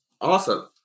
Awesome